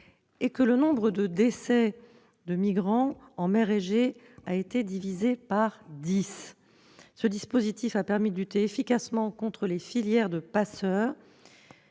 et que le nombre de décès de migrants en mer Égée soit divisé par 10. Ce dispositif a permis de lutter efficacement contre les filières de passeurs